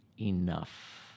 enough